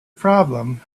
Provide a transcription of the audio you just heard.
problem